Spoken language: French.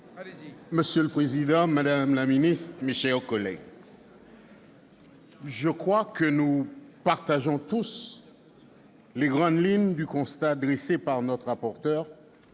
Monsieur le président, madame la ministre, mes chers collègues, je crois que nous partageons tous dans les grandes lignes le constat dressé par notre rapporteur